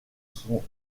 son